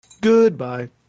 Goodbye